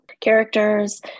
characters